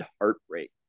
Heartbreak